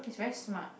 he's very smart